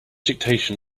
dictation